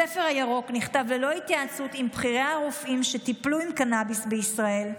הספר הירוק נכתב ללא התייעצות עם בכירי הרופאים שטיפלו עם קנביס בישראל,